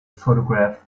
photograph